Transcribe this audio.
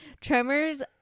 Tremors